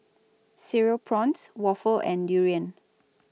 Cereal Prawns Waffle and Durian